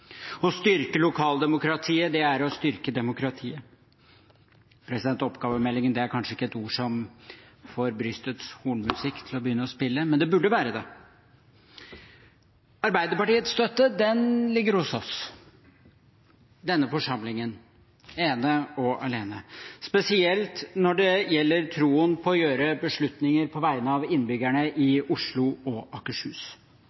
Å styrke lokaldemokratiet er å styrke demokratiet. «Oppgavemeldingen» er kanskje ikke et ord som får brystets hornmusikk til å begynne å spille, men det burde være det. Arbeiderpartiets støtte ligger hos oss, denne forsamlingen, ene og alene, spesielt når det gjelder troen på å gjøre beslutninger på vegne av innbyggerne i Oslo og Akershus.